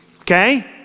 okay